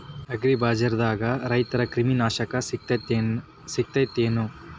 ಅಗ್ರಿಬಜಾರ್ದಾಗ ರೈತರ ಕ್ರಿಮಿ ನಾಶಕ ಸಿಗತೇತಿ ಏನ್?